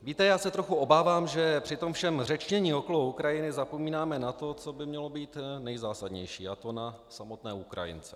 Víte, já se trochu obávám, že při tom všem řečnění okolo Ukrajiny zapomínáme na to, co by mělo být nejzásadnější, a to na samotné Ukrajince.